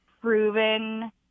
proven